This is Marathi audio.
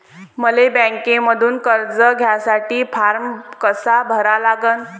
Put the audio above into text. मले बँकेमंधून कर्ज घ्यासाठी फारम कसा भरा लागन?